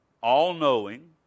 all-knowing